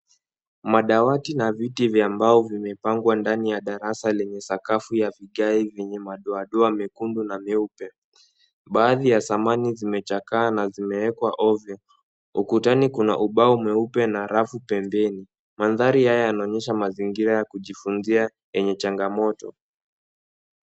Madawati na viti vya mbao vimepangwa ndani ya darasa lenye sakafu ya vigae vyenye madoadoa mekundu na meupe. Baadhi ya samani zimechakaa na zimewekwa ovyo. Ukutani kuna ubao mweupe na na rafu pembeni. Mandhari haya yanaonyesha mazingira ya kujifunzia yenye changamoto.